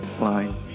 line